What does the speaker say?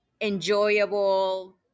enjoyable